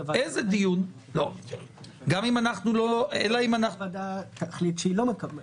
איזה דיון אלא אם אנחנו --- אלא אם הוועדה תחליט שהיא לא מקבלת.